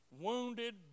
wounded